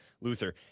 Luther